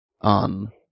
on